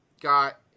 Got